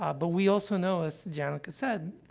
ah but we also know, as janneke said,